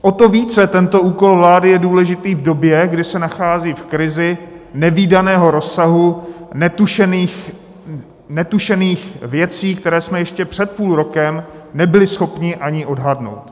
O to více tento úkol vlády je důležitý v době, kdy se nachází v krizi nevídaného rozsahu a netušených věcí, které jsme ještě před půlrokem nebyli schopni ani odhadnout.